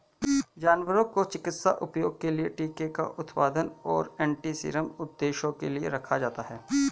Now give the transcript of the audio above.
जानवरों को चिकित्सा उपयोग के लिए टीके का उत्पादन और एंटीसीरम उद्देश्यों के लिए रखा जाता है